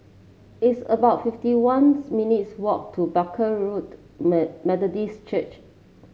it's about fifty one minutes' walk to Barker Road Made Methodist Church